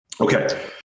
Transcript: okay